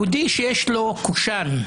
יהודי שיש לו קושאן,